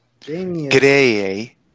G'day